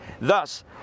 Thus